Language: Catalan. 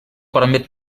permet